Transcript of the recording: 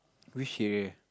which area